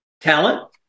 talent